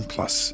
Plus